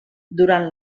durant